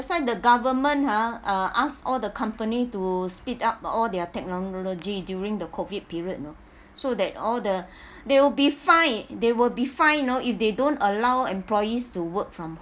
why the government ha uh asked all the company to speed up all their technology during the COVID period no so that all the they will be fined they will be fined no if they don't allow employees to work from